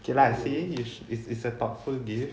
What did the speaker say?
okay lah see it's it's it's a thoughtful gift